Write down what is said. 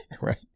Right